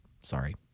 sorry